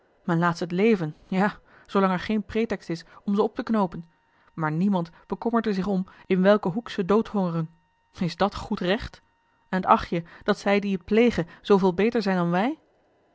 men laat ze t leven ja zoolang er geen pretext is om ze op te knoopen maar niemand bekommert er zich om in welken hoek ze doodhongeren is dat goed recht en acht je dat zij die het plegen zooveel beter zijn dan wij